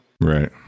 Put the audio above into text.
right